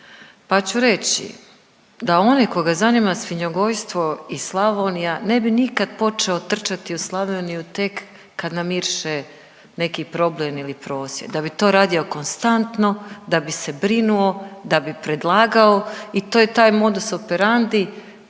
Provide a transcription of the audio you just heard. pa ću reći da onaj koga zanima svinjogojstvo i Slavonija ne bi nikad počeo trčati u Slavoniju tek kad namiriše neki problem ili prosvjed. Da bi to radio konstantno, da bi se brinuo, da bi predlagao i to je taj modus operandi